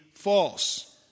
false